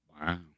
Wow